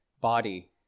body